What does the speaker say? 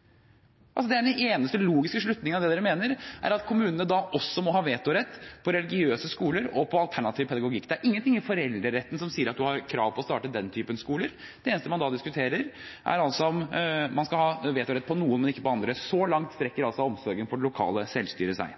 altså om man skal ha vetorett når det gjelder noen, men ikke andre. Så langt strekker altså omsorgen for det lokale selvstyret seg.